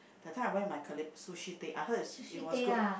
the time I went with my colleagues Sushi Tei I heard is it was good